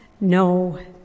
no